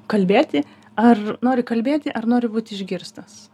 kalbėti ar nori kalbėti ar nori būti išgirstas